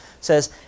says